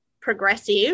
progressive